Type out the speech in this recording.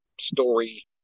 story